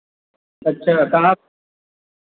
अच्छा कहाँ